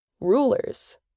Rulers